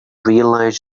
realize